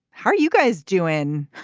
how are you guys doing